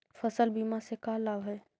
फसल बीमा से का लाभ है?